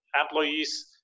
employees